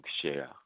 share